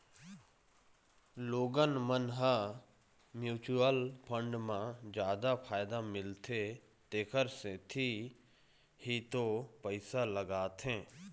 लोगन मन ह म्युचुअल फंड म जादा फायदा मिलथे तेखर सेती ही तो पइसा लगाथे